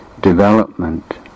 development